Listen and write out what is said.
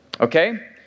Okay